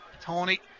Tony